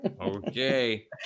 Okay